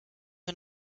wir